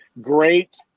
great